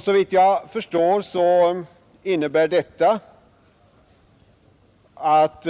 Såvitt jag förstår innebär detta att